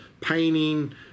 Painting